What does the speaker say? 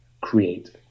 create